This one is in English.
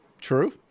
true